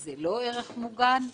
זה לא ערך מוגן?